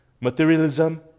materialism